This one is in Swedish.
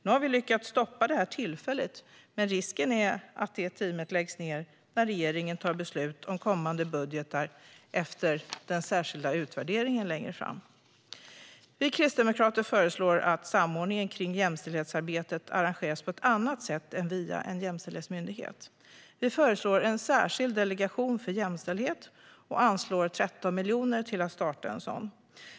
Nu har vi tillfälligt lyckats stoppa detta, men risken är att teamet läggs ned när regeringen tar beslut om kommande budgetar efter den särskilda utvärderingen längre fram. Vi kristdemokrater föreslår att samordningen om jämställdhetsarbetet arrangeras på ett annat sätt än via en jämställdhetsmyndighet. Vi föreslår en särskild delegation för jämställdhet och anslår 13 miljoner för att starta en sådan.